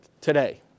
today